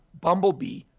bumblebee